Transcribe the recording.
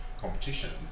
competitions